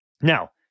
Now